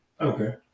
Okay